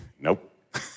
nope